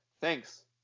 thanks